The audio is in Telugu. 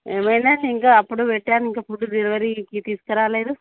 ఏమైంది ఇంకా అప్పుడు పెట్టాను ఇంకా ఫుడ్ డెలివరీకి తీసుకురాలేదు